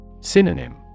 Synonym